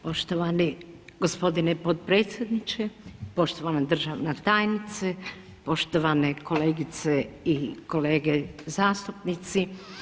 Poštovani gospodine potpredsjedniče, poštovana državna tajnice, poštovane kolegice i kolege zastupnici.